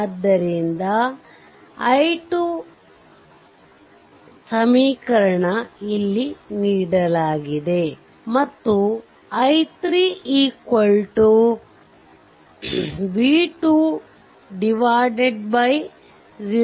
ಆದ್ದರಿಂದ i 2 ಅಭಿವ್ಯಕ್ತಿ ಇಲ್ಲಿ ನೀಡಲಾಗಿದೆ ಮತ್ತು i3 v2 0